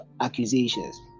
accusations